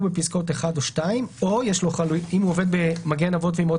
בפסקאות (1) או (2) או אם הוא עובד ב"מגן אבות ואימהות",